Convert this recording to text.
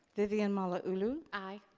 vivian malauulu? aye.